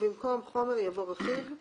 ובמקום "חומר" יבוא "רכיב";